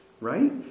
Right